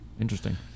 interesting